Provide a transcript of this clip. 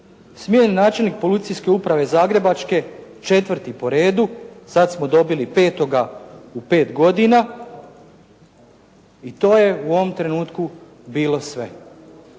je načelnik Policijske uprave Zagrebačke četvrti po redu, sada smo dobili petoga u pet godina i to je u ovom trenutku bilo sve.